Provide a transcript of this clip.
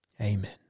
Amen